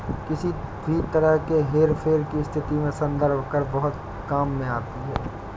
किसी भी तरह के हेरफेर की स्थिति में संदर्भ दर बहुत काम में आती है